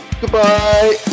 Goodbye